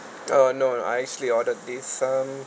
oh no no I actually ordered this um